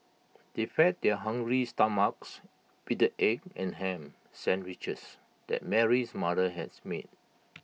they fed their hungry stomachs with the egg and Ham Sandwiches that Mary's mother had made